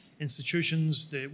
institutions